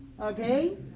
Okay